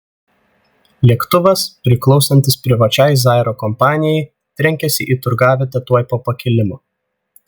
lėktuvas priklausantis privačiai zairo kompanijai trenkėsi į turgavietę tuoj po pakilimo